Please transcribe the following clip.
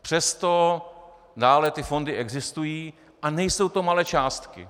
Přesto dále ty fondy existují a nejsou to malé částky.